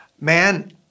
Man